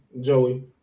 Joey